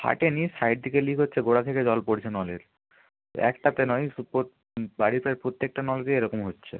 ফাটেনি side থেকে leak হচ্ছে গোড়া থেকে জল পড়ছে নলের একটাতে নয় সুপোত বাড়ির প্রায় প্রত্যেকটা নল দিয়ে এরকম হচ্ছে